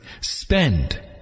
spend